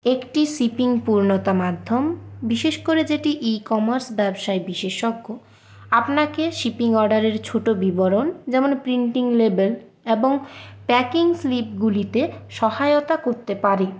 একটি শিপিং পূর্ণতা মাধ্যম বিশেষ করে যেটি ই কমার্স ব্যবসায় বিশেষজ্ঞ আপনাকে শিপিং অর্ডারের ছোটো বিবরণ যেমন প্রিন্টিং লেবেল এবং প্যাকিং স্লিপগুলিতে সহায়তা করতে পারে